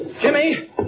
Jimmy